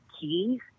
keys